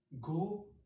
go